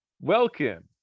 Welcome